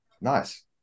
Nice